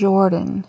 Jordan